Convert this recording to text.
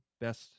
Best